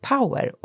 Power